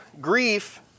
grief